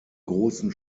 grossen